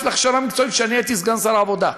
להכשרה מקצועית כשאני הייתי סגן שר העבודה.